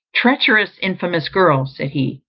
treacherous, infamous girl, said he,